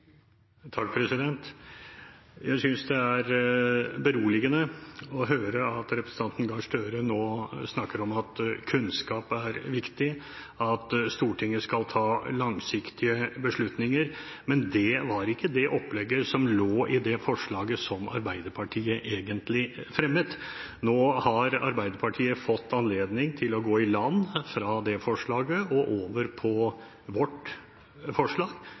Jeg synes det er beroligende å høre at representanten Gahr Støre nå snakker om at kunnskap er viktig, og at Stortinget skal ta langsiktige beslutninger. Men det var ikke det opplegget som lå i det forslaget Arbeiderpartiet egentlig fremmet. Nå har Arbeiderpartiet fått anledning til å gå i land fra det forslaget og over på vårt forslag,